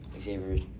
Xavier